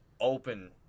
open